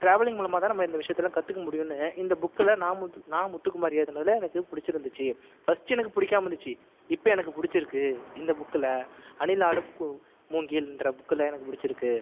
travelling மூலிம்மா தான் நம்ம இந்த விஷயத்தலாம் கற்றுக்க முடியுன்னு இந்த புக்கில் நா முத்து நா முத்துக்குமார் எழுதுனதில் எனக்கு பிடிச்சுருந்திச்சி ஃபர்ஸ்ட்டு எனக்கு பிடிக்காம இருந்திச்சு இப்போ எனக்கு பிடிச்சிருக்கு இந்த புக்கில் அணிலாடும் மூங்கில் இன்ற புக்கில் எனக்கு பிடிச்சிருக்கு